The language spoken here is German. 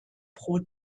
pro